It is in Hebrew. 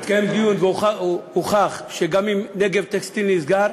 התקיים דיון, והוכח שאם "נגב טקסטיל" נסגר,